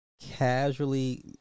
casually